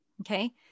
okay